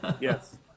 Yes